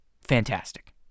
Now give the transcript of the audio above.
Fantastic